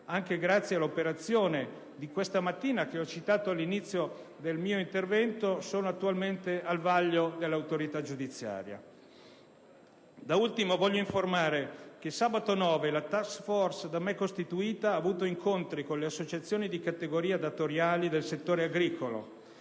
anche grazie all'operazione di questa mattina che ho citato all'inizio del mio intervento, sono attualmente al vaglio dell'autorità giudiziaria. Da ultimo voglio informare che sabato 9 la *task force* da me costituita ha avuto incontri con le associazioni di categoria datoriali del settore agricolo,